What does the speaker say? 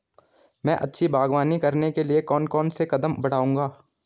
मैं अच्छी बागवानी करने के लिए कौन कौन से कदम बढ़ाऊंगा?